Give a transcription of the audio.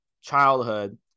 childhood